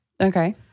Okay